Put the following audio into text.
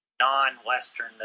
non-Western